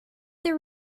their